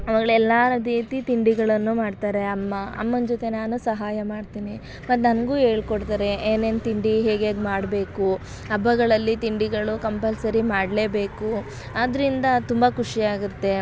ಅವುಗಳೆಲ್ಲಾ ರೀತಿ ತಿಂಡಿಗಳನ್ನು ಮಾಡ್ತಾರೆ ಅಮ್ಮ ಅಮ್ಮನ ಜೊತೆ ನಾನು ಸಹಾಯ ಮಾಡ್ತೇನೆ ಮತ್ತು ನನಗೂ ಹೇಳ್ಕೊಡ್ತಾರೆ ಏನೇನು ತಿಂಡಿ ಹೇಗ್ಹೇಗೆ ಮಾಡಬೇಕು ಹಬ್ಬಗಳಲ್ಲಿ ತಿಂಡಿಗಳು ಕಂಪಲ್ಸರಿ ಮಾಡಲೇಬೇಕು ಆದ್ದರಿಂದ ತುಂಬ ಖುಷಿಯಾಗುತ್ತೆ